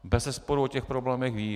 Bezesporu o těch problémech ví.